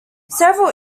several